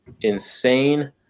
insane